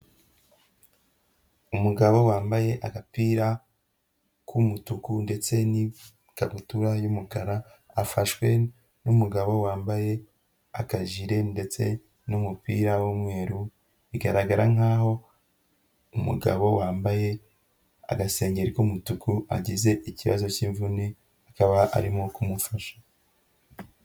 Umugabo wambaye agapira k'umutuku ndetse n'ikabutura y'umukara afashwe n'umugabo wambaye akajire ndetse n'umupira w'umweru, bigaragara nkaho umugabo wambaye agasengeri k'umutuku agize ikibazo cy'imvune akaba arimo kumufasha.